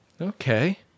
Okay